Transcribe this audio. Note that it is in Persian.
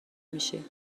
میشی